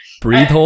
breathe